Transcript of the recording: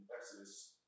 Exodus